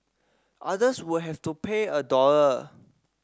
others will have to pay a dollar